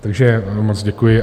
Takže moc děkuji.